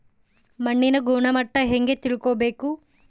ಮಣ್ಣಿನ ಗುಣಮಟ್ಟ ಹೆಂಗೆ ತಿಳ್ಕೊಬೇಕು?